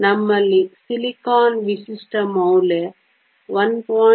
ಆದ್ದರಿಂದ ನಮ್ಮಲ್ಲಿ ಸಿಲಿಕಾನ್ ವಿಶಿಷ್ಟ ಮೌಲ್ಯ 1